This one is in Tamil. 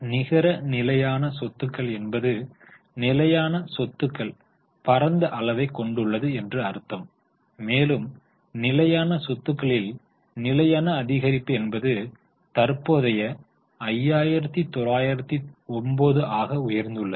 நிகர நிலையான சொத்துக்கள் என்பது நிலையான சொத்துக்கள் பரந்த அளவைக் கொண்டுள்ளது என்று அர்த்தம் மேலும் நிலையான சொத்துகளில் நிலையான அதிகரிப்பு என்பது தற்போது 5909 ஆக உயர்ந்துள்ளது